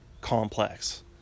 complex